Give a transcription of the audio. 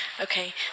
Okay